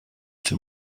czy